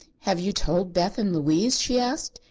have you told beth and louise? she asked.